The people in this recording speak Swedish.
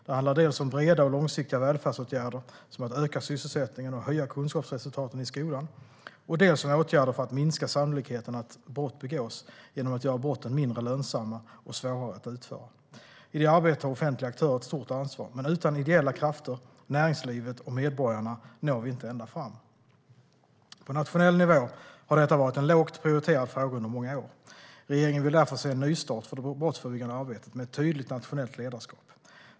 Det handlar dels om breda och långsiktiga välfärdsåtgärder som att öka sysselsättningen och höja kunskapsresultaten i skolan, dels om åtgärder för att minska sannolikheten att brott begås genom att göra brotten mindre lönsamma och svårare att utföra. I det arbetet har offentliga aktörer ett stort ansvar, men utan ideella krafter, näringslivet och medborgarna når vi inte ända fram. På nationell nivå har detta varit en lågt prioriterad fråga under många år. Regeringen vill därför se en nystart för det brottsförebyggande arbetet, med ett tydligt nationellt ledarskap.